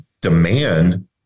demand